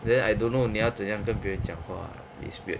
then I don't know 你要怎样跟别人讲话 it's weird